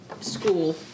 school